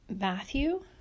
Matthew